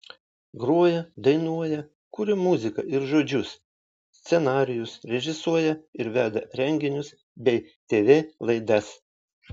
groja dainuoja kuria muziką ir žodžius scenarijus režisuoja ir veda renginius bei tv laidas